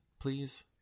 please